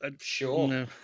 Sure